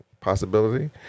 possibility